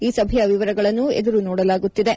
ಈ ಸಭೆಯ ವಿವರಗಳನ್ನು ಎದುರು ನೋಡಲಾಗುತ್ತಿದೆ